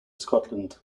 scotland